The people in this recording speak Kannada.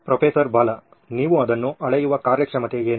ಪ್ರೊಫೆಸರ್ ಬಾಲಾ ನೀವು ಅದನ್ನು ಅಳೆಯುವ ಕಾರ್ಯಕ್ಷಮತೆ ಏನು